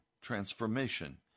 transformation